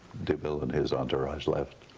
demille and his entourage left,